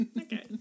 Okay